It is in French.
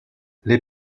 les